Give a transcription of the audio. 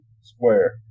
square